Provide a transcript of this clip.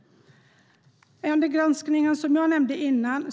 Jag nämnde en granskning tidigare.